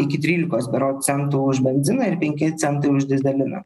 iki trylikos procentų už benziną ir penki centai už dyzeliną